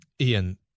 Ian